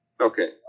Okay